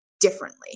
differently